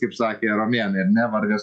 kaip sakė romėnai ar ne vargas